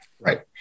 Right